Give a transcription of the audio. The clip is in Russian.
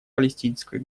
палестинской